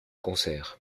concert